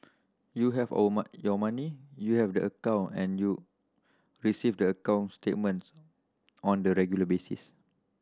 you have our your money you have the account and you receive the account statements on the regular basis